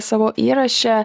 savo įraše